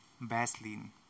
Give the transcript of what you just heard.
Vaseline